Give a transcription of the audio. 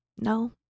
No